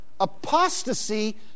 Apostasy